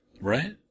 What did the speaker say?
Right